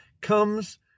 comes